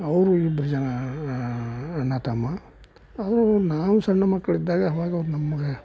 ಅವರು ಇಬ್ಬರು ಜನ ಅಣ್ಣ ತಮ್ಮ ಅವರು ನಾವು ಸಣ್ಣ ಮಕ್ಕಳಿದ್ದಾಗ ಅವಾಗ ಅವ್ರು ನಮ್ಗೆ